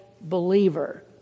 believer